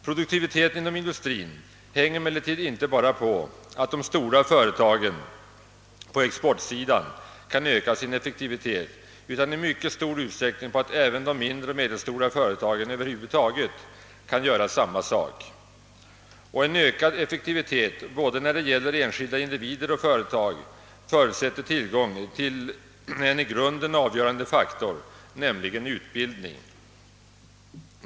Produktiviteten inom industrin avhänger emellertid inte bara av att de stora företagen på exportsidan kan öka sin effektivitet utan i mycket stor utsträckning även av att de mindre och medelstora företagen kan göra samma sak, och ökad effektivitet när det gäller både enskilda individer och företag förutsätter tillgång till en i grunden avgörande faktor, nämligen utbildning.